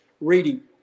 reading